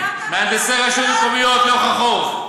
מהנדסי רשויות מקומיות לאורך החוף.